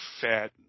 fat